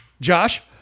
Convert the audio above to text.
Josh